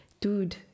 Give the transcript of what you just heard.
Dude